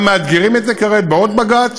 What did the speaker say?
גם מאתגרים את זה כרגע בעוד בג"ץ,